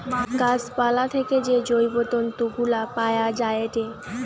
গাছ পালা থেকে যে জৈব তন্তু গুলা পায়া যায়েটে